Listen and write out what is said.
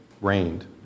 rained